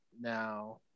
now